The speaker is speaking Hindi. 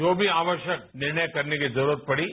जो भी आवश्यक निर्णय करने की जरूरत पड़ी